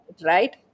right